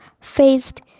faced